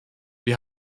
wir